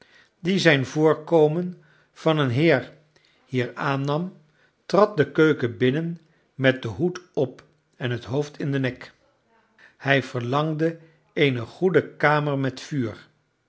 die zijn voorkomen van een heer hier aannam trad de keuken binnen met den hoed op en het hoofd in den nek hij verlangde eene goede kamer met vuur